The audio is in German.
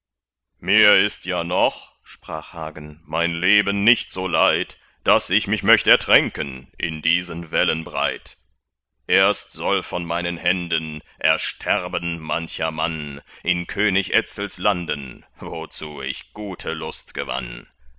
mir ist ja noch sprach hagen mein leben nicht so leid daß ich mich möcht ertränken in diesen wellen breit erst soll von meinen händen ersterben mancher mann in könig etzels landen wozu ich gute lust gewann